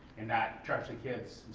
and not charge the kids,